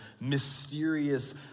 mysterious